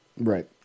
Right